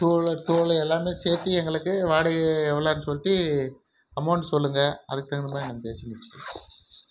tool toll எல்லாமே சேர்த்தி எங்களுக்கு வாடகை எவ்வளோன்னு சொல்லிட்டு அமௌண்ட் சொல்லுங்கள் அதுக்கு தகுந்த மாதிரி நம்ம பேசி முடிச்சுக்கலாம்